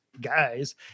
guys